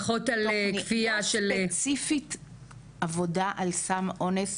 פחות על כפייה של --- פחות ספציפית עבודה על סם אונס